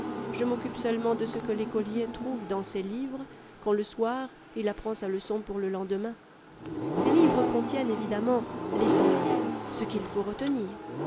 je m'occupe seulement de ce que l'écolier trouve dans ses livres quand le soir il apprend sa leçon pour le lendemain ces livres contiennent évidemment vessentiel ce qu'il faut retenir